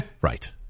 Right